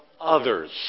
others